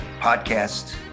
Podcast